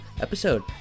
episode